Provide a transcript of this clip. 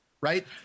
right